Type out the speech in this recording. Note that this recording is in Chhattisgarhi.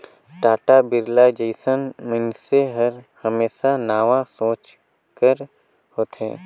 टाटा, बिरला जइसन मइनसे हर हमेसा नावा सोंच कर होथे